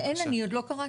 אני עדיין לא קראתי.